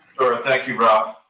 thank you rob.